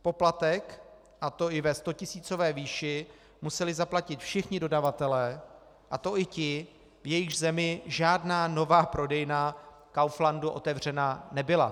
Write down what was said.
Poplatek, a to i ve stotisícové výši, museli zaplatit všichni dodavatelé, a to i ti, v jejichž zemi žádná nová prodejna Kauflandu otevřena nebyla.